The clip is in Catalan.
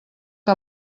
que